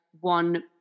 one